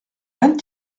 vingt